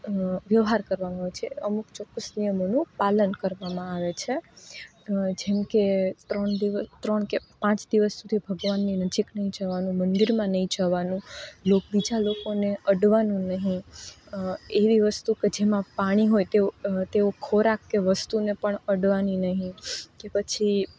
વ્યવહાર કરવામાં આવે છે અમુક ચોક્કસ નિયમોનું પાલન કરવામાં આવે છે જેમ કે ત્રણ દિવસ ત્રણ કે પાંચ દિવસ સુધી ભગવાનની નજીક નહીં જવાનું મંદિરમાં નહીં જવાનું એક બીજા લોકોને અડકવાનું નહી એવી વસ્તુ કે જેમાં પાણી હોય તેવી તેવું ખોરાક કે વસ્તુને પણ અડકવાનું નહીં કે પછી